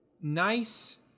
nice